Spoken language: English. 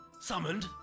Summoned